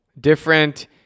different